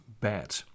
Bad